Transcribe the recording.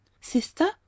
sister